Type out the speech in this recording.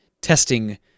testing